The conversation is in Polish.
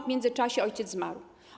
W międzyczasie ojciec zmarł.